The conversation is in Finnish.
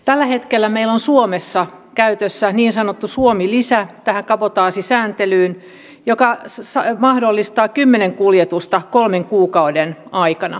tällä hetkellä meillä on suomessa käytössä niin sanottu suomi lisä tähän kabotaasisääntelyyn ja se mahdollistaa kymmenen kuljetusta kolmen kuukauden aikana